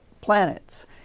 planets